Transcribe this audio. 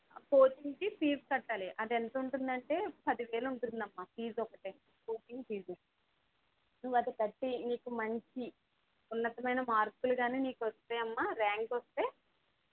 కోచింగ్కి ఫీజ్ కట్టాలి అది ఎంత ఉంటుంది అంటే పది వేల ఉంటుంది అమ్మా ఫీజ్ ఒకటే కోచింగ్ ఫీజు నువ్వు అది కట్టి నీకు మంచి ఉన్నతమైన మార్కులు కానీ నీకు వస్తే అమ్మా ర్యాంకు వస్తే